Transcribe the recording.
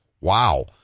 Wow